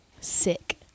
Sick